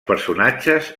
personatges